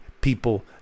people